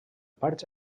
prats